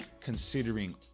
considering